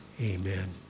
Amen